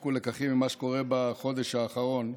ותפיקו לקחים ממה שקורה בחודש האחרון.